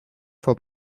for